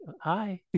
hi